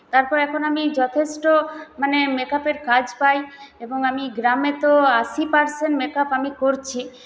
তারপর এখন আমি যথেষ্ট মানে মেক আপের কাজ পাই এবং আমি গ্রামে তো আশি পারসেন্ট মেক আপ আমি করছি